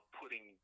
putting